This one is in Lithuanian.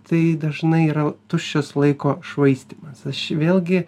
tai dažnai yra tuščias laiko švaistymas aš vėlgi